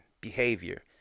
behavior